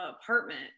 apartment